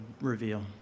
reveal